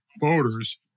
voters